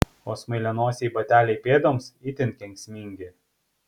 o smailianosiai bateliai pėdoms itin kenksmingi